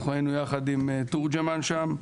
אנחנו היינו יחד עם תורג'מן שם.